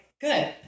good